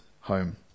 home